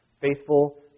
faithful